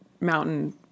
mountain